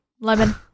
lemon